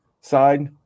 side